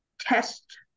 test